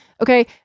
okay